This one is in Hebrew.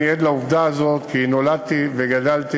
אני עד לעובדה הזאת כי נולדתי וגדלתי